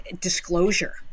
disclosure